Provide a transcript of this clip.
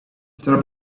thought